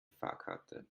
fahrkarte